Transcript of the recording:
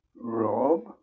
Rob